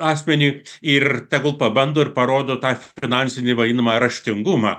asmeniui ir tegul pabando ir parodo tą finansinį vadinamą raštingumą